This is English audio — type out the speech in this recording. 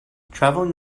traveling